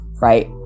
right